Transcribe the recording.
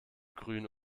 grün